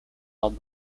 held